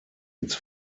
its